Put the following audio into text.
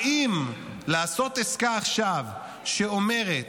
האם לעשות עסקה עכשיו שאומרת